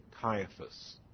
Caiaphas